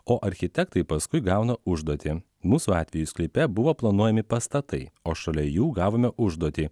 o architektai paskui gauna užduotį mūsų atveju sklype buvo planuojami pastatai o šalia jų gavome užduotį